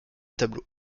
tableau